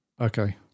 Okay